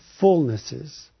fullnesses